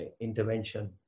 intervention